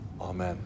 Amen